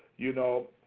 you know?